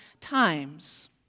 times